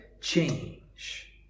change